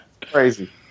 Crazy